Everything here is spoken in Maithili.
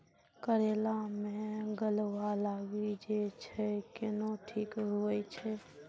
करेला मे गलवा लागी जे छ कैनो ठीक हुई छै?